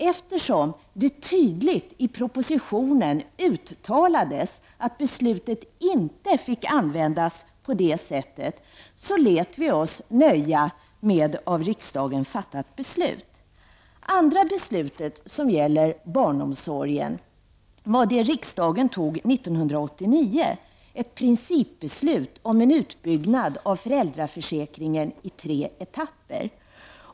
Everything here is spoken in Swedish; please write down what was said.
Eftersom det tydligt i propositionen uttalades att beslutet inte fick användas på det sättet lät vi oss dock nöja med det beslutet. Det andra beslutet som gäller barnomsorgen är det beslut riksdagen fattade 1989, ett principbeslut om en utbyggnad av föräldraförsäkringen i tre etapper.